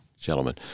Gentlemen